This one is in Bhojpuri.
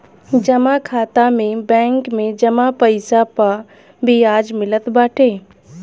जमा खाता में बैंक में जमा पईसा पअ बियाज मिलत बाटे